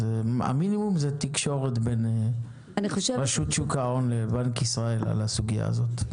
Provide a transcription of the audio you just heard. המינימום זה תקשורת בין רשות שוק ההון לבנק ישראל על הסוגיה הזאת.